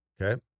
Okay